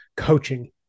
coaching